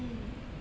mm